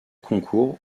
concours